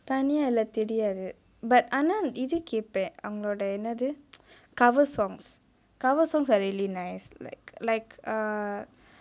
தனியா இல்லே தெரியாது:taniyaa illae teriyaathu but ஆனா இது கேப்பே அவங்களோட என்னாது:aana ithu keppaen avangalodae ennathu cover songs cover songs are really nice like like err